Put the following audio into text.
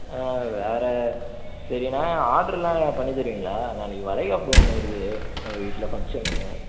ஆ வேறு சரிண்ணா ஆர்டரெலாம் பண்ணி தருவீங்களா நாளைக்கு வளைகாப்பு ஒன்று வருது நம்ம வீட்டில் ஃபங்க்ஷன் ஒன்று